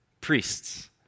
Priests